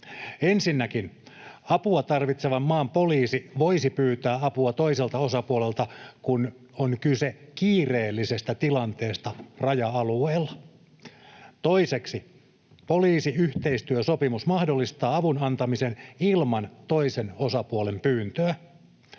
Ensinnäkin apua tarvitsevan maan poliisi voisi pyytää apua toiselta osapuolelta, kun on kyse kiireellisestä tilanteesta raja-alueella. Toiseksi poliisiyhteistyösopimus mahdollistaa avun antamisen ilman toisen osapuolen pyyntöä.